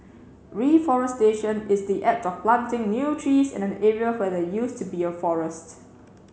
reforestation is the act of planting new trees in an area where there used to be a forest